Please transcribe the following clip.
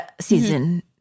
season